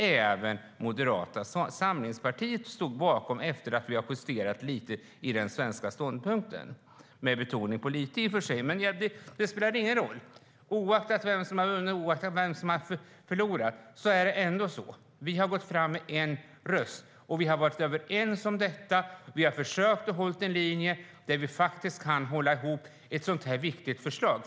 Även Moderata samlingspartiet stod bakom den svenska ståndpunkten efter att vi justerat den lite - i och för sig med betoning på lite, men det spelar ingen roll. Oaktat vem som förlorade har vi gått fram med en röst. Vi har varit överens, och vi har försökt hålla en linje där vi kan hålla ihop detta viktiga förslag.